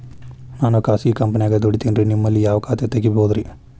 ನಾನು ಖಾಸಗಿ ಕಂಪನ್ಯಾಗ ದುಡಿತೇನ್ರಿ, ನಿಮ್ಮಲ್ಲಿ ಯಾವ ಖಾತೆ ತೆಗಿಬಹುದ್ರಿ?